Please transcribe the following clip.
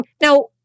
Now